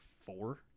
four